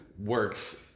works